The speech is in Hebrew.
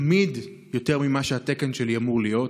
תמיד יותר ממה שהתקן שלי אמור להיות,